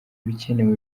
ibikenewe